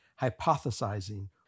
hypothesizing